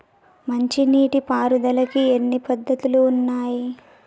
మంచి నీటి పారుదలకి ఎన్ని పద్దతులు ఉన్నాయి?